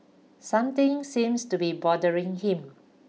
something seems to be bothering him